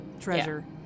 treasure